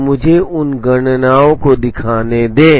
तो मुझे उन गणनाओं को दिखाने दो